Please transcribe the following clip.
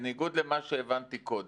בניגוד למה שהבנתי קודם,